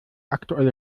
aktuelle